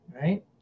Right